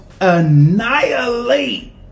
annihilate